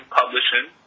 publishing